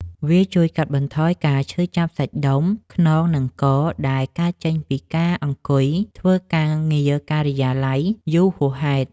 វាជួយកាត់បន្ថយការឈឺចាប់សាច់ដុំខ្នង និងក ដែលកើតចេញពីការអង្គុយធ្វើការងារការិយាល័យយូរហួសហេតុ។